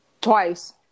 Twice